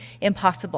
impossible